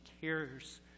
cares